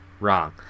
Wrong